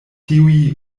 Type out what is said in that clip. tiuj